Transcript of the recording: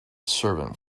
servant